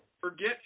Forget